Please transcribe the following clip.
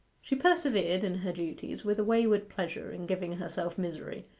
she persevered in her duties with a wayward pleasure in giving herself misery,